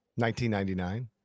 1999